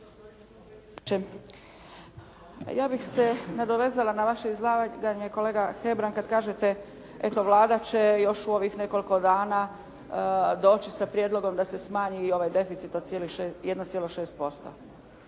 Ja bih se nadovezala na vaše izlaganje kolega Hebrang kada kažete, eto Vlada će još u ovih nekoliko dana doći sa prijedlogom da se smanji i ovaj deficit od 1,6%.